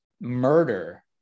murder